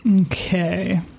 Okay